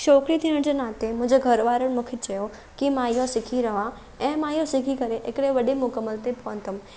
छोकिरी थियण जे नाते मुंहिंजे घर वारनि मूंखे चयो की मां इहो सिखी रहां ऐं मां इहो सिखी करे हिकु वॾे मुकमल ते पहुतमि